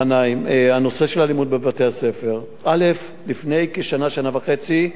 הנושא של אלימות בבתי-הספר, לפני כשנה, שנה וחצי,